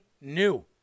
new